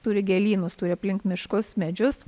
turi gėlynus turi aplink miškus medžius